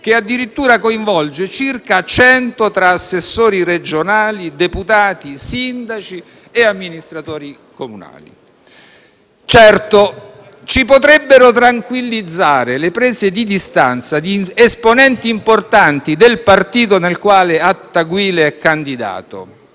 che addirittura coinvolge circa 100 tra assessori regionali, deputati, sindaci e amministratori comunali. Certo, ci potrebbero tranquillizzare le prese di distanza di esponenti importanti del partito nel quale Attaguile è candidato.